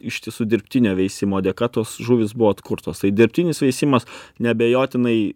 ištisu dirbtinio veisimo dėka tos žuvys buvo atkurtos tai dirbtinis veisimas neabejotinai